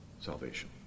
salvation